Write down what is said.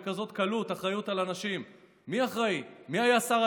לדבר על אחריות, קצת תסתכל, קצת